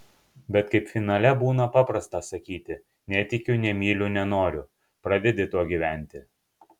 bet kaip finale būna paprasta sakyti netikiu nemyliu nenoriu pradedi tuo gyventi